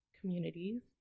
communities